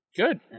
Good